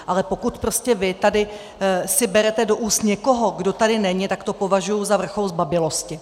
Ale pokud prostě vy tady si berete do úst někoho, kdo tady není, tak to považuji za vrchol zbabělosti!